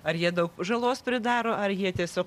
ar jie daug žalos pridaro ar jie tiesiog